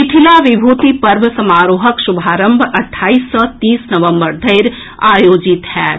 मिथिला विभूति पर्व समारोहक शुभारंभ अट्ठाईस नवम्बर तीस नवम्बर धरि आयोजित होएत